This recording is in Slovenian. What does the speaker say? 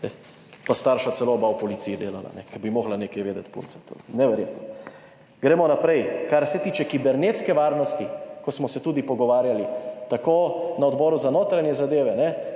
pa starša celo oba v policiji delala, ko bi morala nekaj vedeti punca, neverjetno. Gremo naprej, kar se tiče kibernetske varnosti, ko smo se tudi pogovarjali tako na Odboru za notranje zadeve, kjer